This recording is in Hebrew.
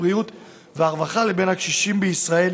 הבריאות והרווחה לבין הקשישים בישראל